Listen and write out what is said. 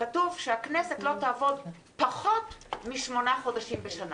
כתוב שהכנסת לא תעבוד פחות משמונה חודשים בשנה.